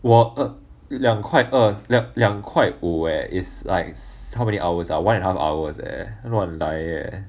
我二有两块二两块五 eh it's like how many hours ah one and a half hours eh 乱来 eh